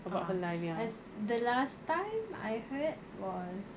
ah ah as the last time I heard was